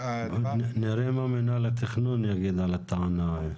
נראה מה מינהל התכנון יגיד על הטענה.